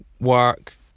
work